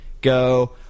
go